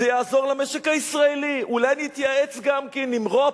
זה יעזור למשק הישראלי, אולי נתייעץ גם כן עם רופ,